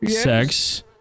sex